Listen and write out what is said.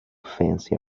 fancy